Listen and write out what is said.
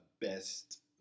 best